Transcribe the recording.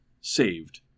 saved